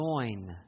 join